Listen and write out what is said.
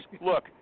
look